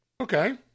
Okay